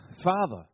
Father